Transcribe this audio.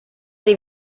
dei